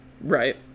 Right